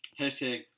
Hashtag